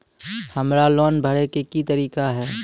हमरा लोन भरे के की तरीका है?